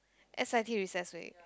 s_i_t recess week